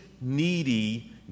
needy